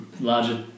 larger